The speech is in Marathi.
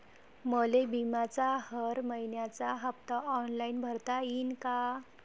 मले बिम्याचा हर मइन्याचा हप्ता ऑनलाईन भरता यीन का?